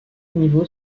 niveau